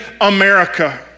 America